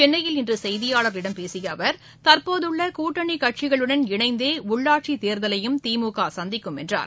சென்னையில் இன்று செய்தியாளர்களிடம் பேசிய அவர் தற்போது உள்ள கூட்டணி கட்சிகளுடன் இணைந்தே உள்ளாட்சித் தேர்தலையும் திமுக சந்திக்கும் என்றார்